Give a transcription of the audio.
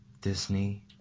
Disney